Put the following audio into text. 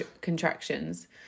contractions